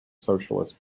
socialist